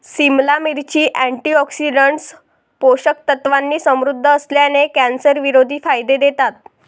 सिमला मिरची, अँटीऑक्सिडंट्स, पोषक तत्वांनी समृद्ध असल्याने, कॅन्सरविरोधी फायदे देतात